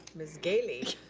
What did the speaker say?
ms. galey.